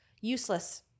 useless